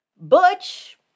Butch